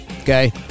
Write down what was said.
Okay